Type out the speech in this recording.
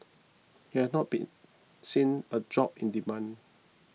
he had not been seen a drop in demand